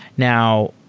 now,